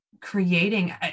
creating